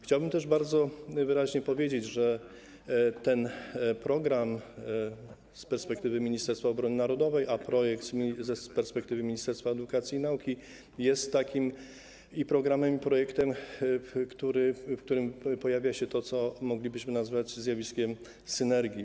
Chciałbym też bardzo wyraźnie powiedzieć, że ten program z perspektywy Ministerstwa Obrony Narodowej, a projekt z perspektywy Ministerstwa Edukacji i Nauki - jest takim i programem, i projektem, w którym pojawia się to, co moglibyśmy nazwać zjawiskiem synergii.